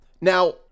Now